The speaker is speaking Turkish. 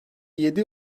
yedi